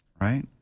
right